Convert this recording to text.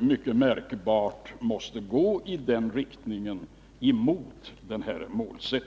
mycket märkbart måste gå i riktning mot målet.